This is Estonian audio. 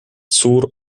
suur